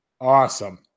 awesome